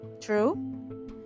true